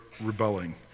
rebelling